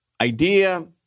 idea